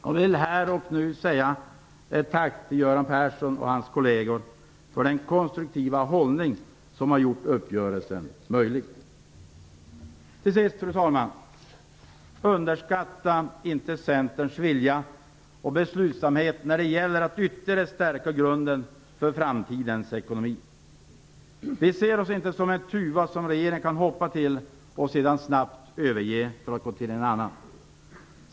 Jag vill här och nu framföra ett tack till Göran Persson och hans kolleger för den konstruktiva hållning som har gjort uppgörelsen möjlig. Fru talman! Slutligen: Underskatta inte Centerns vilja och beslutsamhet när det gäller att ytterligare stärka grunden för framtidens ekonomi! Vi ser oss inte som en tuva som regeringen kan hoppa till och sedan snabbt överge för att gå till någon annan.